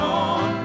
on